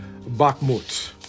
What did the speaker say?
Bakhmut